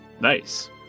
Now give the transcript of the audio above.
Nice